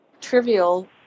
trivial